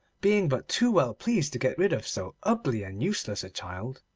being but too well pleased to get rid of so ugly and useless a child.